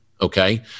okay